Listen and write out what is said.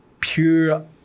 pure